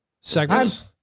segments